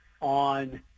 on